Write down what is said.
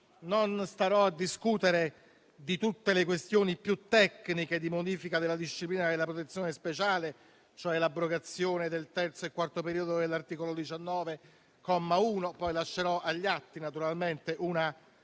Non starò a discutere di tutte le questioni più tecniche di modifica della disciplina della protezione speciale, cioè l'abrogazione del terzo e quarto periodo dell'articolo 19, comma 1 (poi lascerò agli atti una un testo